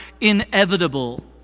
inevitable